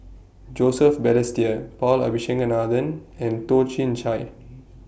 Joseph Balestier Paul Abisheganaden and Toh Chin Chye